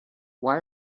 why